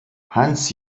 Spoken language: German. hans